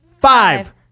five